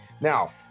Now